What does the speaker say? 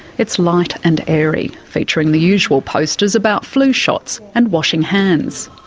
it's light and airy, featuring the usual posters about flu shots and washing hands.